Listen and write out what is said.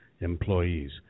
employees